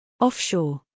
Offshore